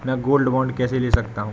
मैं gold bond कैसे ले सकता हूँ?